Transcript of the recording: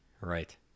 Right